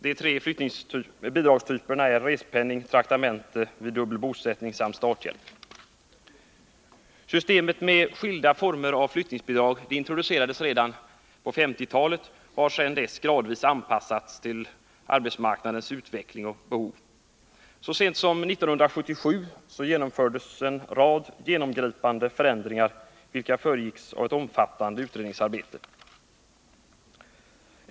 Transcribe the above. De tre bidragstyperna är respenning, traktamente vid dubbel bosättning samt starthjälp. Systemet med skilda former av flyttningsbidrag introducerades på 1950-talet och har sedan dess gradvis anpassats till arbetsmarknadens utveckling och behov. Så sent som 1977 genomfördes en rad genomgripande förändringar, vilka föregicks av ett omfattande utredningsarbete.